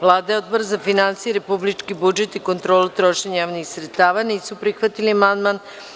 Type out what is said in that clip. Vlada i Odbor za finansije, republički budžet i kontrolu trošenja javnih sredstava nisu prihvatili amandman.